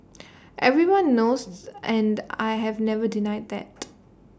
everyone knows and I have never denied that